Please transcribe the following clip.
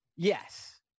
yes